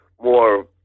more